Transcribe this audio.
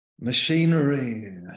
Machinery